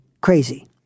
crazy